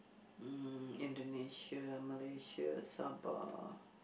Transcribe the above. mm Indonesia Malaysia Sabah